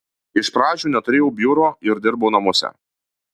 iš pradžių neturėjau biuro ir dirbau namuose